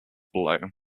below